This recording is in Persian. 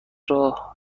راه